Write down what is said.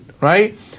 Right